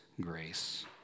grace